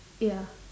ya